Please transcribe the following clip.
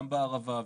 גם בערבה,